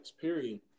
period